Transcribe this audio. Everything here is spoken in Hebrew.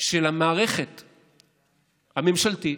של המערכת הממשלתית,